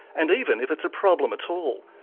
and even if it's a problem at all.